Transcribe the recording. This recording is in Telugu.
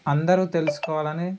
అందరూ తెలుసుకోవాలని